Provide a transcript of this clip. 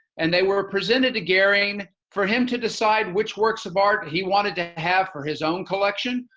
and they were presented to garing for him to decide which works of art he wanted to have for his own collection.